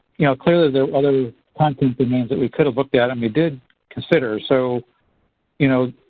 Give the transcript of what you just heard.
you know clearly there were other content domains that we could have looked at and we did consider. so you know,